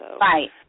Right